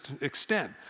extent